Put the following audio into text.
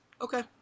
Okay